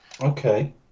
Okay